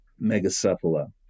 megacephala